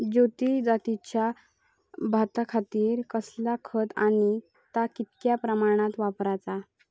ज्योती जातीच्या भाताखातीर कसला खत आणि ता कितक्या प्रमाणात वापराचा?